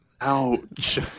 Ouch